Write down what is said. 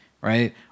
right